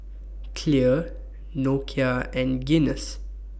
Clear Nokia and Guinness